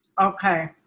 Okay